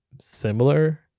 similar